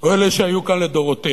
או אלה שהיו כאן לדורותיהם?